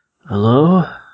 Hello